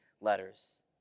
letters